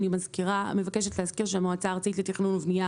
אני מבקשת להזכיר שהמועצה הארצית לתכנון ובנייה